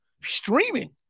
streaming